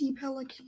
Pelican